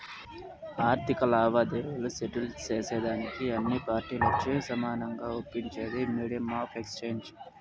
ఆర్థిక లావాదేవీలు సెటిల్ సేసేదానికి అన్ని పార్టీలచే సమానంగా ఒప్పించేదే మీడియం ఆఫ్ ఎక్స్చేంజ్